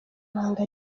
ibanga